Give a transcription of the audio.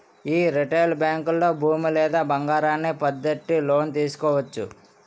యీ రిటైలు బేంకుల్లో భూమి లేదా బంగారాన్ని పద్దెట్టి లోను తీసుకోవచ్చు